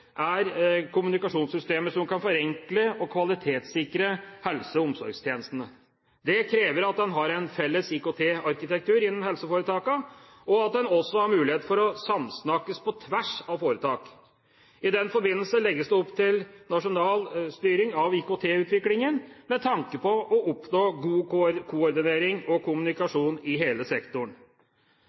er kommunikasjonssystemer som kan forenkle og kvalitetssikre helse- og omsorgstjenestene. Det krever at en har en felles IKT-arkitektur innen helseforetakene, og at en også har mulighet for å samsnakkes på tvers av foretak. I den forbindelse legges det opp til nasjonal styring av IKT-utviklingen, med tanke på å oppnå god koordinering og kommunikasjon i hele sektoren.